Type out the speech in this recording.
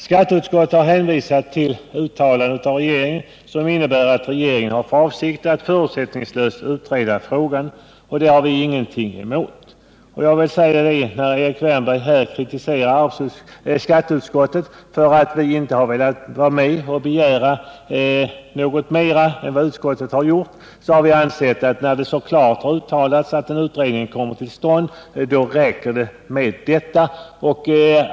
Skatteutskottet har hänvisat till ett uttalande av regeringen som innebär att regeringen har för avsikt att förutsättningslöst utreda frågan, och det har vi ingenting emot. När Erik Wärnberg här kritiserar skatteutskottet för att vi inte har velat begära mer än vad utskottet har begärt, vill jag säga att vi har ansett att när det så klart har uttalats att en utredning kommer till stånd, då räcker det med detta.